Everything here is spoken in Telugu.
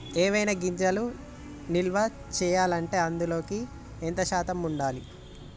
ఏవైనా గింజలు నిల్వ చేయాలంటే అందులో ఎంత శాతం ఉండాలి?